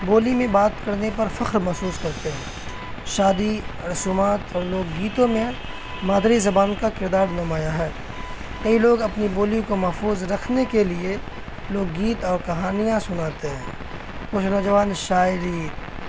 بولی میں بات کرنے پر فخر محسوس کرتے ہیں شادی رسومات اور لوک گیتوں میں مادری زبان کا کردار نمایا ہے کئی لوگ اپنی بولی کو محفوظ رکھنے کے لیے لوک گیت اور کہانیاں سناتے ہیں کچھ نوجوان شاعری